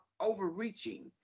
overreaching